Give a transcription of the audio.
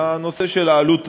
לנושא של העלות התקציבית,